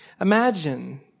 Imagine